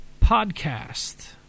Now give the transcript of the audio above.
podcast